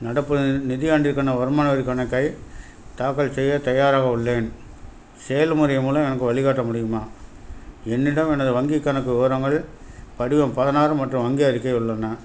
நடப்பு நிதியாண்டிற்கான வருமான வரி கணக்கை தாக்கல் செய்ய தயாராக உள்ளேன் செயல்முறை மூலம் எனக்கு வழிகாட்ட முடியுமா என்னிடம் எனது வங்கிக் கணக்கு விவரங்கள் படிவம் பதினாறு மற்றும் வங்கி அறிக்கை உள்ளன